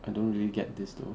I don't really get this though